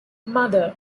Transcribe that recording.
mother